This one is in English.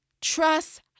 trust